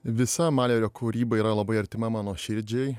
visa malerio kūryba yra labai artima mano širdžiai